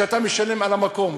כשאתה משלם על המקום.